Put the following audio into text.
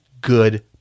good